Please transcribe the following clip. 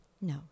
No